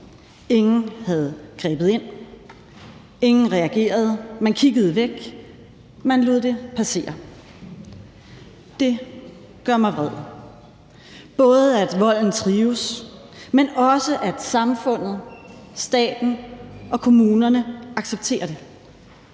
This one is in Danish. Ingen havde grebet ind, ingen reagerede; man kiggede væk, man lod det passere. Det gør mig vred – både at volden trives, men også at samfundet, staten og kommunerne accepterer det.